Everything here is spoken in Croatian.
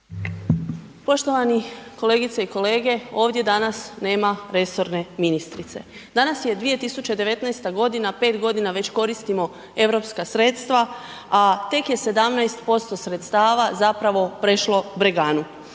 Poštovani kolegice i kolege, ovdje danas nema resorne ministre. Danas je 2019. g., 5 g. već koristimo europska a tek je 17% sredstava za pravi prešlo Breganu.